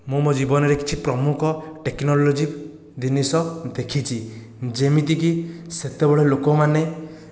ମୁଁ ମୋ ଜୀବନରେ କିଛି ପ୍ରମୁଖ ଟେକ୍ନୋଲୋଜି ଜିନିଷ ଦେଖିଛି ଯେମିତି କି ସେତେବେଳେ ଲୋକମାନେ